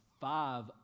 five